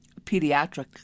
Pediatric